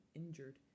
injured